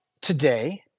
today